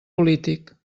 polític